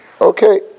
Okay